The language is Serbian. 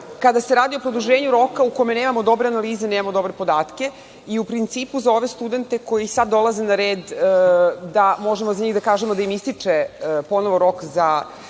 kada se radi o produženju roka u kome nemamo dobre analize i nemamo dobre podatke. U principu, za ove studente koji sad dolaze na red, možemo za njih da kažemo da im ističe ponovo rok za